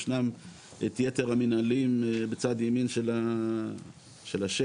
ישנם את יתר המנהלים בצד ימין של השקף.